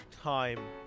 time